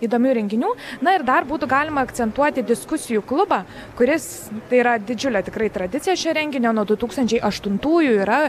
įdomių renginių na ir dar būtų galima akcentuoti diskusijų klubą kuris tai yra didžiulė tikrai tradicija šio renginio nuo du tūkstančiai aštuntųjų yra